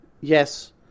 Yes